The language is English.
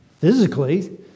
Physically